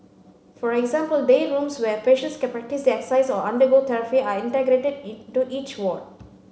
for example day rooms where patients can practise their exercise or undergo therapy are integrated into each ward